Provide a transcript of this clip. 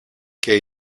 και